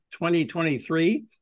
2023